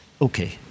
okay